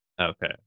Okay